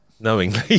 knowingly